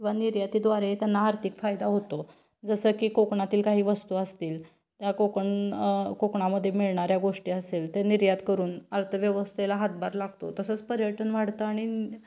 वा निर्यातीद्वारे त्यांना आर्थिक फायदा होतो जसं की कोकणातील काही वस्तू असतील त्या कोकण कोकणामध्ये मिळणाऱ्या गोष्टी असेल ते निर्यात करून अर्थव्यवस्थेला हातभार लागतो तसंच पर्यटन वाढतं आणि